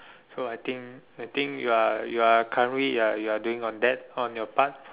so I think I think you are you are currently you are you are doing on that on your part